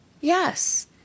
Yes